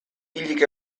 hilik